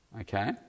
okay